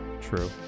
True